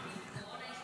הקורונה הייתה בכל העולם.